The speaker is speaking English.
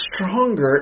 stronger